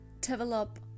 develop